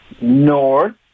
North